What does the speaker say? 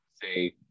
say